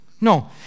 No